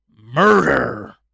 Murder